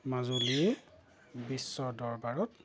Majuli বিশ্বদৰবাৰত